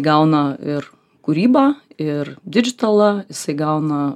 gauna ir kūrybą ir didžitalą jisai gauna